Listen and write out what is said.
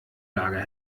lager